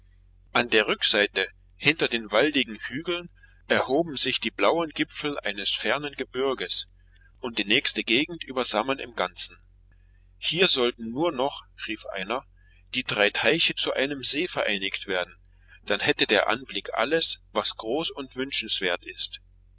an der rückseite hinter den waldigen hügeln erhoben sich die blauen gipfel eines fernen gebirges und die nächste gegend übersah man im ganzen nun sollten nur noch rief einer die drei teiche zu einem see vereinigt werden dann hätte der anblick alles was groß und wünschenswert ist